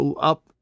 up